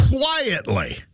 quietly